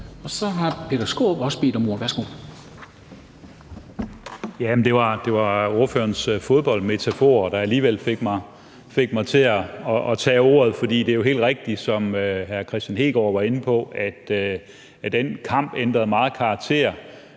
Så har Peter Skaarup også bedt om ordet. Værsgo. Kl. 13:47 Peter Skaarup (DF): Det var ordførerens fodboldmetafor, der alligevel fik mig til at tage ordet. For det er helt rigtigt, som hr. Kristian Hegaard var inde på, at den kamp ændrede meget karakter,